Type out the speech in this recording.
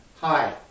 Hi